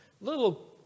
little